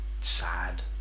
sad